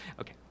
Okay